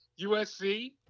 USC